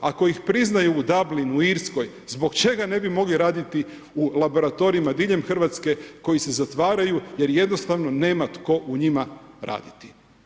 Ako ih priznaju u Dublinu, Irskoj, zbog čega ne bi mogli raditi u laboratorijima diljem Hrvatske koji se zatvaraju jer jednostavno nema tko u njima raditi?